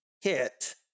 hit